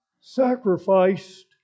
sacrificed